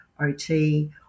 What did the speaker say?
ot